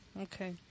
Okay